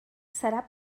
serà